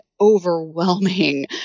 overwhelming